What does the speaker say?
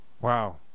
wow